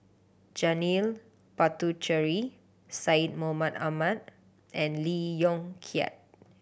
Janil Puthucheary Syed Mohamed Ahmed and Lee Yong Kiat